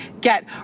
get